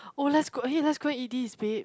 oh let's go eh let's go and eat this babe